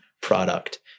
product